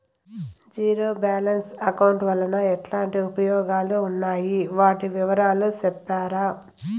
Zero balance account వలన ఎట్లాంటి ఉపయోగాలు ఉన్నాయి? వాటి వివరాలు సెప్తారా?